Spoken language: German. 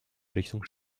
richtung